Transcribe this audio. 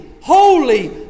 holy